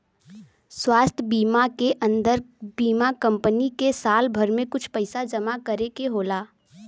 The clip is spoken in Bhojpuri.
स्वास्थ बीमा के अन्दर बीमा कम्पनी के साल भर में कुछ पइसा जमा करे के होला